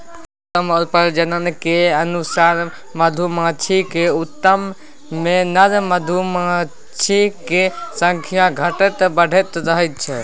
मौसम आ प्रजननक अनुसार मधुमाछीक छत्तामे नर मधुमाछीक संख्या घटैत बढ़ैत रहै छै